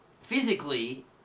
physically